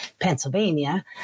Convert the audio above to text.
Pennsylvania